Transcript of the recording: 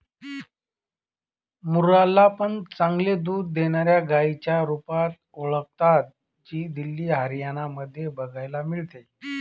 मुर्रा ला पण चांगले दूध देणाऱ्या गाईच्या रुपात ओळखता, जी दिल्ली, हरियाणा मध्ये बघायला मिळते